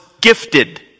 gifted